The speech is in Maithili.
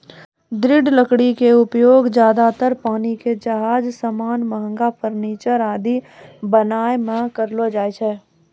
दृढ़ लकड़ी के उपयोग ज्यादातर पानी के जहाज के सामान, महंगा फर्नीचर आदि बनाय मॅ करलो जाय छै